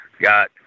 got